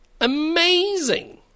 Amazing